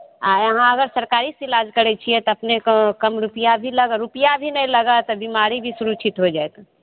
आ एहाॅं अगर सरकारी सऽ इलाज करै छियै तऽ अपनेके कम रूपैआ भी लग रूपैआ भी नहि लागत आ बिमाड़ी भी सुरुछित होइ जायत